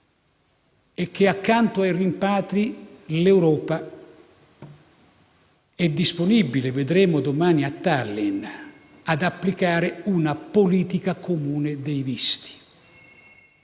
accanto ai rimpatri l'Europa è disponibile - vedremo domani a Tallin - ad applicare una politica comune dei visti.